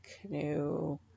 canoe